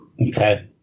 Okay